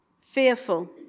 fearful